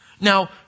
Now